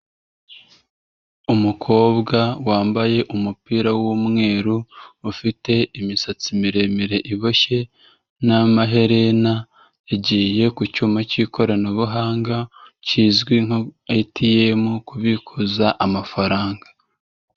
Umukobwa wambaye umupira w'umweru. Ufite imisatsi miremire iboshye n'amaherena. Yagiye ku cyuma cy'ikoranabuhanga kizwi nka ATM kubikuza amafaranga.